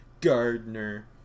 Gardner